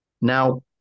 Now